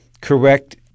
correct